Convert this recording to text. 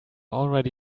already